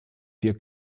vier